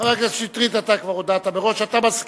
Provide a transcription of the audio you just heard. חבר הכנסת שטרית, אתה כבר הודעת מראש שאתה מסכים.